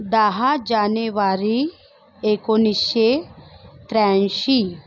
दहा जानेवारी एकोणीसशे त्र्याऐंशी